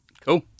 Cool